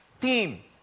team